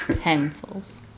Pencils